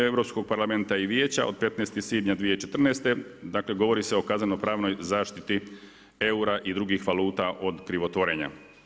Europskog parlamenta i Vijeća od 15. svibnja 2014., dakle govori se o kazneno-pravnoj zaštiti eura i drugih valuta od krivotvorenja.